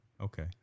Okay